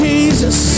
Jesus